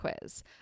quiz